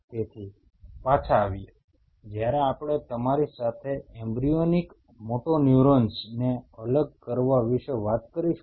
તેથી પાછા આવીયે જ્યારે આપણે તમારી સાથે એમ્બ્રીયોનિક મોટોન્યુરોન્સને અલગ કરવા વિશે વાત કરીશું